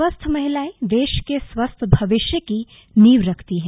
स्वस्थ महिलाएं देश के स्वस्थ भविष्य की नींव रखती हैं